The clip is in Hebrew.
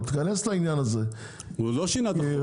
שינה את החוק.